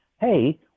hey